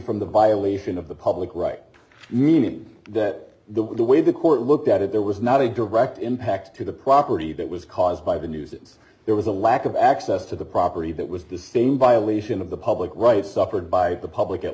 from the violation of the public right meaning that the way the court looked at it there was not a direct impact to the property that was caused by the news there was a lack of access to the property that was the same violation of the public rights offered by the public at